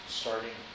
starting